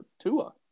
Tua